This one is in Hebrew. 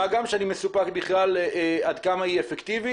מה גם שאני מסופק עד כמה היא אפקטיבית